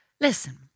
Listen